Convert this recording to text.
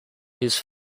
his